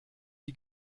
die